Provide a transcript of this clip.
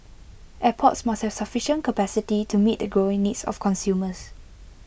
airports must have sufficient capacity to meet the growing needs of consumers